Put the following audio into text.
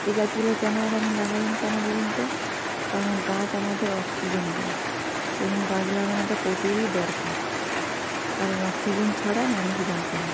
এই গাছগুলো কেন আর আমি লাগালাম কেন বলুন তো কারণ গাছ আমাদের অক্সিজেন দেয় এবং গাছ লাগানোটা প্রচুরই দরকার কারণ অক্সিজেন ছাড়া মানুষ বাঁচে না